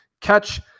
catch